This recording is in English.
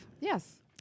Yes